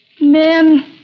Men